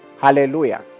Hallelujah